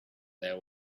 that